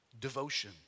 devotion